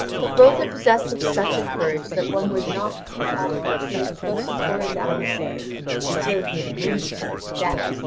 but both are possessed of such courage that one would not for aught retreat a foot before his adversary until he had wounded him to death.